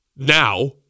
Now